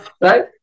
right